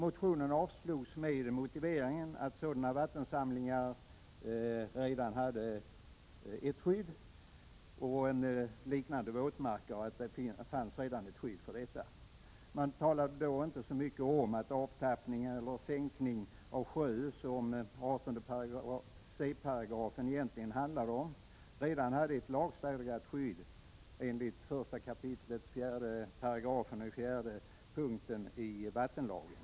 Motionen avslogs med motiveringen att sådana vattensamlingar och liknande våtmarker redan hade ett skydd. Man talade då inte så mycket om att avtappning eller sänkning av sjö, som 18 c § egentligen handlar om, redan har ett lagstadgat skydd enligt 1 kap. 4 §4p. i vattenlagen.